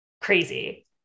crazy